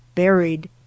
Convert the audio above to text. Buried